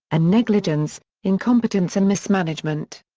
and negligence incompetence and mismanagement.